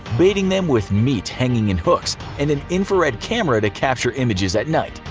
baiting them with meat hanging in hooks and an infrared camera to capture images at night.